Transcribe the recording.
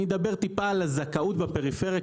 אני אדבר על הזכאות בפריפריה,